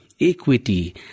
equity